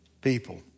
people